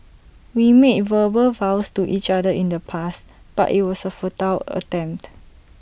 we made verbal vows to each other in the past but IT was A futile attempt